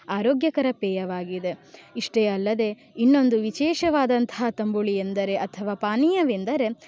ಆರೋಗ್ಯಕರ ಪೇಯವಾಗಿದೆ ಇಷ್ಟೇ ಅಲ್ಲದೇ ಇನ್ನೊಂದು ವಿಶೇಷವಾದಂತಹ ತಂಬುಳಿ ಎಂದರೆ ಅಥವಾ ಪಾನೀಯವೆಂದರೆ